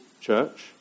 church